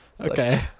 Okay